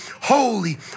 holy